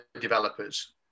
developers